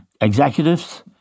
executives